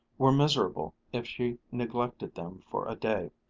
were miserable if she neglected them for a day,